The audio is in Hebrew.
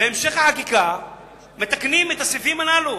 בהמשך החקיקה מתקנים את הסעיפים הללו,